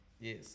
Yes